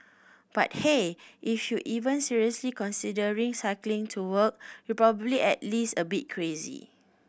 but hey if you're even seriously considering cycling to work you're probably at least a bit crazy